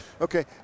Okay